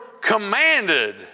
commanded